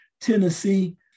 Tennessee